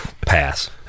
Pass